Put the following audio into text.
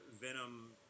Venom